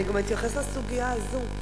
אני גם אתייחס לסוגיה הזו.